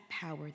power